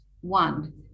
one